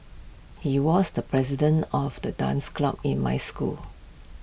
he was the president of the dance club in my school